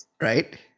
Right